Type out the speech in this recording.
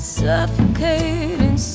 suffocating